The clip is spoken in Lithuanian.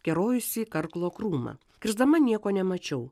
kerojusi karklo krūmą krisdama nieko nemačiau